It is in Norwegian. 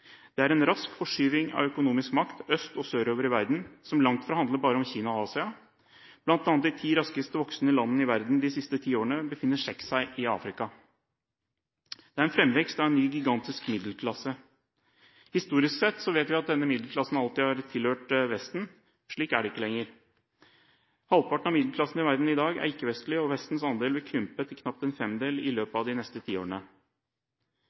Det er en rask forskyvning av økonomisk makt øst- og sørover i verden, som langt fra bare handler om Kina og Asia. Av de ti raskest voksende landene i verden de siste ti årene, befinner seks seg i Afrika. Og det er en framvekst av en ny gigantisk middelklasse. Historisk sett vet vi at denne middelklassen alltid har tilhørt Vesten. Slik er det ikke lenger. Halvparten av middelklassen i verden er i dag ikke-vestlig, og Vestens andel vil krympe til knapt en femtedel i løpet av de neste tiårene.